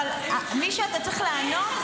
אבל למי שאתה צריך לענות,